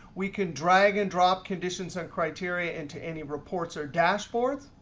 we can drag and drop conditions or criteria into any reports or dashboards.